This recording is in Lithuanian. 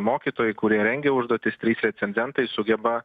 mokytojai kurie rengia užduotis trys recenzentai sugeba